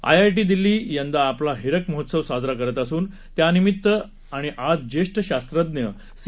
आयआयटीदिल्लीयंदाआपलाहीरकमहोत्सवसाजराकरतअसूनत्यानिमित्तआणिआजज्येष्ठशास्त्रज्ञसी